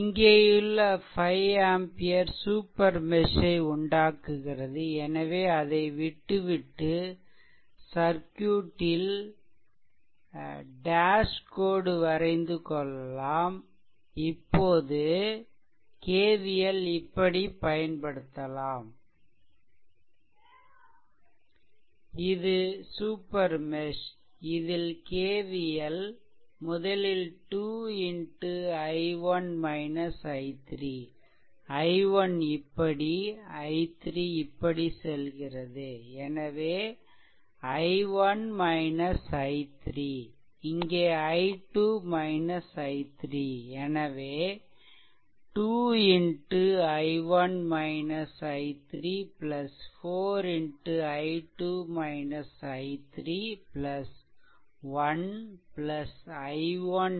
இங்கேயுள்ள 5 ampere super mesh ஐ உண்டாக்குகிறது எனவே அதை விட்டுவிட்டு சர்க்யூட்டில் டேஷ் கோடு வரைந்து கொள்ளலாம் இப்போது KVL இப்படி பயன்படுத்தலாம் இது சூப்பர் மெஷ் இதில் KVL முதலில் 2 i1 i3 i1 இப்படி I3 இப்படி செல்கிறதுஎனவே i1 i3 இங்கே i2 i3 எனவே 2 i1 i3 4 i2 i3 1 i1 1 0